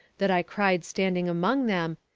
that i cried standing among them,